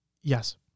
Yes